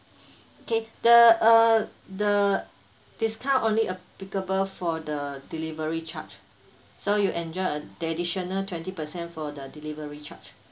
K the uh the discount only applicable for the delivery charge so you enjoy a additional twenty percent for the delivery charge